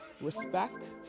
respect